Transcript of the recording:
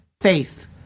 faith